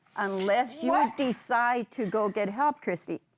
unless you ah decide to go get help, crissy.